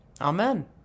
Amen